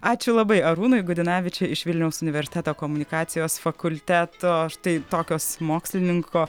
ačiū labai arūnui gudinavičiui iš vilniaus universiteto komunikacijos fakulteto štai tokios mokslininko